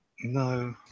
no